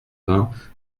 vingt